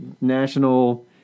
national